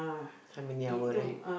how many hour ride